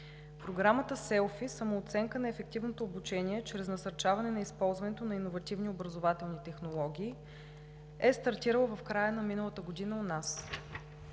Програмата SELFIE (Самооценка на ефективното обучение чрез насърчаване на използването на иновативни образователни технологии) е стартирала в края на миналата година у нас.